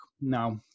Now